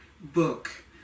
book